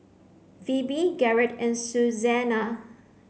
Phoebe Garrett and Susannah